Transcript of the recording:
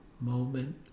moment